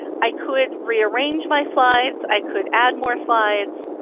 i could rearrange my slides, i could add more slides,